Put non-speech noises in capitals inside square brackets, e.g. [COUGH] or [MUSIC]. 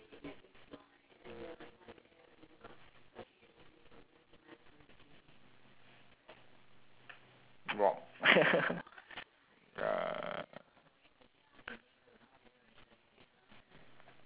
wrong [LAUGHS] wrong